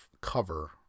cover